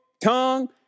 tongue